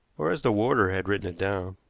or as the warder had written it down.